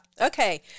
Okay